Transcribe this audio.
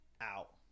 out